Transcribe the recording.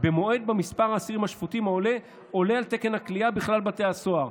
במועד שבו מספר האסירים השפוטים עולה על תקן הכליאה בכלל בתי הסוהר.